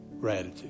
gratitude